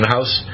House